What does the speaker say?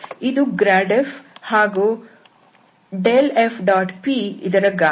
ಇದು grad f ಹಾಗೂ ∇f⋅p ಇದರ ಗಾತ್ರ